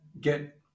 get